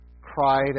cried